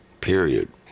Period